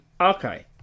Okay